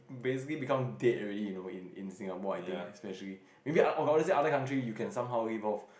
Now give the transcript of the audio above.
basically become dead already you know in in Singapore I think especially maybe got honestly in some other countries you can somehow live off